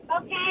Okay